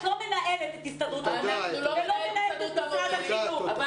את לא מנהלת את הסתדרות המורים ולא את משרד החינוך.